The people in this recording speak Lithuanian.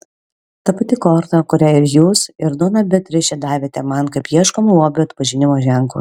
ta pati korta kurią ir jūs ir dona beatričė davėte man kaip ieškomo lobio atpažinimo ženklą